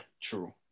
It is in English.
true